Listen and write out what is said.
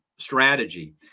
strategy